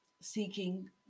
seeking